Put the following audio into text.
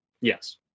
yes